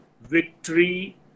victory